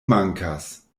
mankas